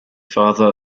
father